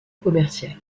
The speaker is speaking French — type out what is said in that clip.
commerciale